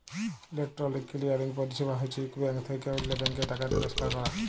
electronic clearing পরিছেবা হছে ইক ব্যাংক থ্যাইকে অল্য ব্যাংকে টাকা টেলেসফার ক্যরা